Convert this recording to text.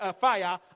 fire